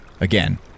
Again